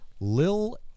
Lil